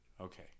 Okay